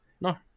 No